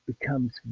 becomes